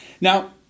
Now